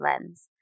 lens